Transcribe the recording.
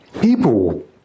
People